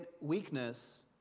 weakness